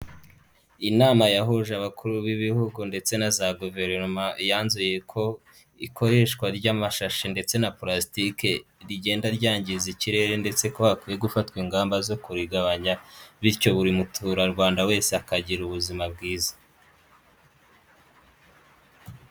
Inama yahuje abakuru b'ibihugu ndetse na za guverinoma yanzuye ko ikoreshwa ry'amashashi ndetse na pulasitike rigenda ryangiza ikirere ndetse ko hakwiye gufatwa ingamba zo kurigabanya, bityo buri muturarwanda wese akagira ubuzima bwiza.